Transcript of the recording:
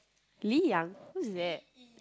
Lee Yang who's that